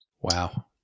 Wow